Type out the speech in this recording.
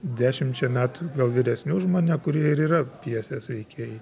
dešimčia metų gal vyresni už mane kurie ir yra pjesės veikėjai